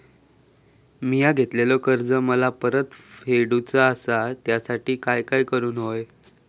मिया घेतलेले कर्ज मला परत फेडूचा असा त्यासाठी काय काय करून होया?